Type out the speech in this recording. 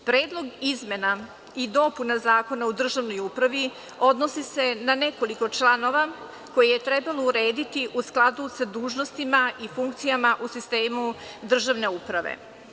Predlog izmena i dopuna Zakona o državnoj upravi odnosi se na nekoliko članova koje je trebalo urediti u skladu sa dužnostima i funkcijama u sistemu državne uprave.